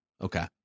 Okay